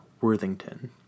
Worthington